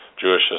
Jewish